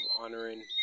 honoring